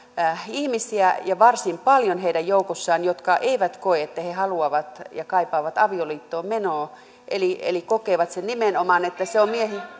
ihmisiä varsin paljon heidän joukossaan jotka eivät koe että he he haluavat ja kaipaavat avioliittoon menoa eli eli kokevat sen nimenomaan että se on